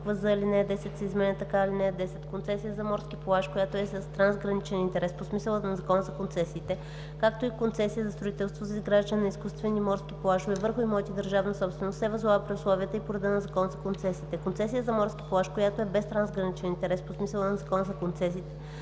з) алинея 10 се изменя така: „(10) Концесия за морски плаж, която е с трансграничен интерес по смисъла на Закона за концесиите, както и концесия за строителство за изграждане на изкуствени морски плажове върху имоти – държавна собственост, се възлага при условията и по реда на Закона за концесиите. Концесия за морски плаж, която е без трансграничен интерес по смисъла на Закона за концесиите,